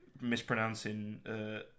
mispronouncing